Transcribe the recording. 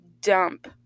dump